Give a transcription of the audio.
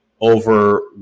over